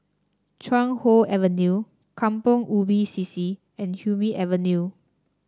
Chuan Hoe Avenue Kampong Ubi C C and Hume Avenue